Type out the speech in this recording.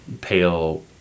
pale